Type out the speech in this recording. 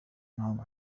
العمل